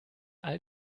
all